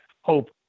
hope